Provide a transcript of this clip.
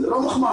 זו לא מחמאה,